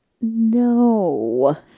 No